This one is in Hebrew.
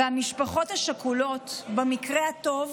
והמשפחות השכולות, במקרה הטוב,